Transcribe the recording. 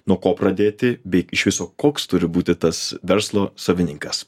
nuo ko pradėti bei iš viso koks turi būti tas verslo savininkas